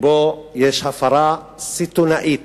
שבו יש הפרה סיטונאית